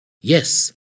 Yes